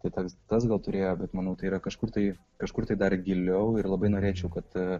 tai toks tas gal turėjo bet manau tai yra kažkur tai kažkur tai dar giliau ir labai norėčiau kad